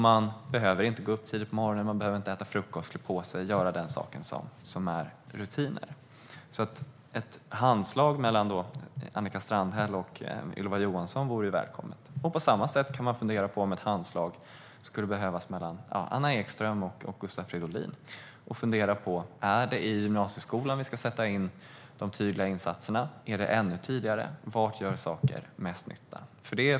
De behöver inte gå upp tidigt på morgonen, äta frukost, klä på sig och göra det som är rutiner. Ett handslag mellan Annika Strandhäll och Ylva Johansson vore därför välkommet. På samma sätt kan man fundera på om ett handslag skulle behövas mellan Anna Ekström och Gustav Fridolin och att de funderar på om det är i gymnasieskolan som vi ska sätta in de tydliga insatserna, eller om det ska göras ännu tidigare. Var gör saker mest nytta?